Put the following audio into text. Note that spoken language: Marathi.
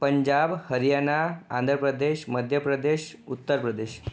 पंजाब हरियाणा आंध्र प्रदेश मध्य प्रदेश उत्तर प्रदेश